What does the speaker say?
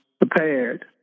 prepared